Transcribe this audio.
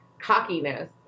cockiness